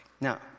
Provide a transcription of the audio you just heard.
Now